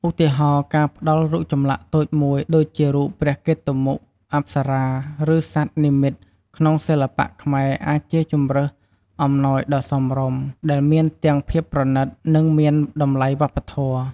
ឧទាហរណ៍ ការផ្តល់រូបចម្លាក់តូចមួយដូចជារូបព្រះកេតុមុខ អប្សរា ឬសត្វនិមិត្តក្នុងសិល្បៈខ្មែរអាចជាជម្រើសអំណោយដ៏សមរម្យ ដែលមានទាំងភាពប្រណិត និងមានតម្លៃវប្បធម៌។